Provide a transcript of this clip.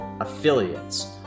affiliates